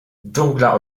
dżungla